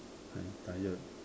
I'm tired